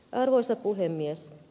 arvoisa puhemies